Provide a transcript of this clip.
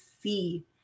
see